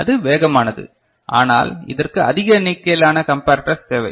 அது வேகமானது ஆனால் இதற்கு அதிக எண்ணிக்கையிலான கம்பரட்டர்ஸ் தேவை